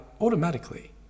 automatically